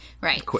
Right